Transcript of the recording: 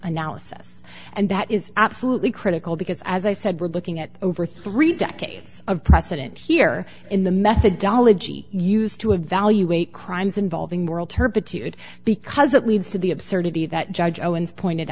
analysis and that is absolutely critical because as i said we're looking at over three decades of precedent here in the methodology used to evaluate crimes involving moral turpitude because it leads to the absurdity that judge owens pointed